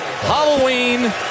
Halloween